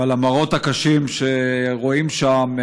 ועל המראות הקשים שרואים שם,